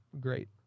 great